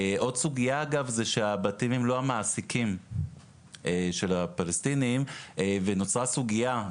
עוד סוגיה אגב זה שה- - לא מעסיקים של הפלסטינים ונוצרה סוגיה,